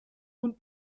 und